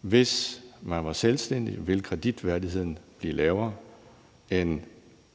Hvis man var selvstændig, ville kreditværdigheden blive lavere, end